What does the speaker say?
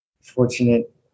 fortunate